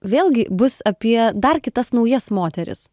vėlgi bus apie dar kitas naujas moteris